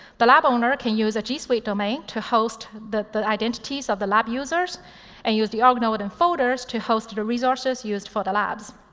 the lab owner can use a g suite domain to host the the identities of the lab users and use the org node and folders to host the resources used for the labs.